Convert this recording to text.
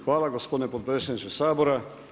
Hvala gospodine potpredsjedniče Sabora.